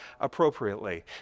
appropriately